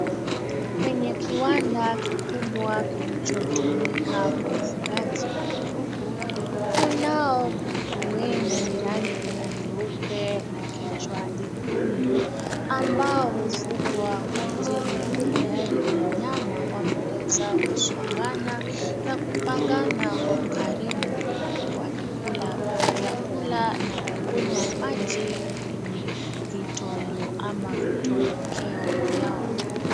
Kwenye kiwanda kikubwa kilichotumika kwa ufugaji wa kuku. Kunao kuku wengi rangi ya nyeupe na kichwa nyekundu ambao hufugwa kwa ajili ya mayai na nyama wameweza kusongana na kupangana kwa ukaribu huku wakikula vyakula na kukunya maji kwenye vitondo ama vitonokeo vyao.